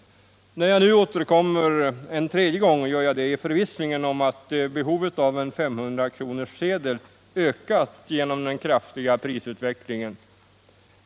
När jag nu återkommer en tredje gång gör jag det i förvissningen om att behovet av en 500-kronorssedel ökat genom den kraftiga prisutvecklingen.